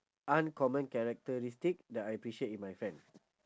uncommon characteristic that I appreciate in my friend